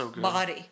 body